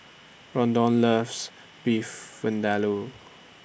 Ronda loves Beef Vindaloo